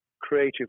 creative